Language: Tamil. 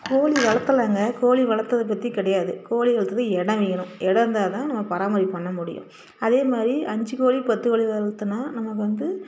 கோழி வளர்த்துலாங்க கோழி வளர்த்தத பற்றி கிடையாது கோழி வளர்த்தது இடம் வேணும் இடம் இருந்தால்தான் நம்ம பராமரிப்பு பண்ணமுடியும் அதேமாதிரி அஞ்சு கோழி பத்து கோழி வளர்த்துனா நமக்கு வந்து